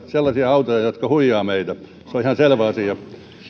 sellaisia autoja jotka huijaavat meitä se on ihan selvä asia